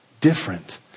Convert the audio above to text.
different